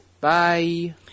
Bye